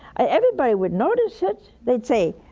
it. everybody would notice it. they'd say,